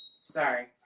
sorry